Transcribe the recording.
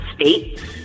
state